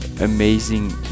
amazing